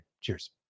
Cheers